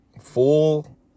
full